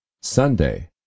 Sunday